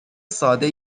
ساده